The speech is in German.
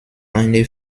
eine